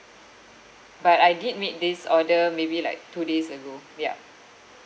but I did made this order maybe like two days ago yup